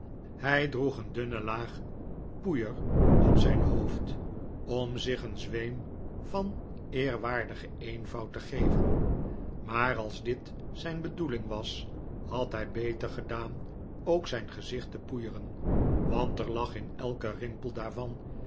hij droeg een dunne laag poeier op zijn hoofd om zich een zweem van eerwaardigen eenvoud te geven maar als dit zijn bedoeling was had hij beter gedaan ook zijn gezicht te poeieren want er lag in elken rimpel daarvan